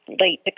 late